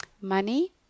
money